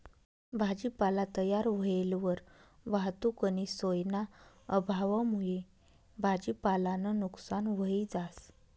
भाजीपाला तयार व्हयेलवर वाहतुकनी सोयना अभावमुये भाजीपालानं नुकसान व्हयी जास